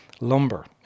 lumber